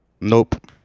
Nope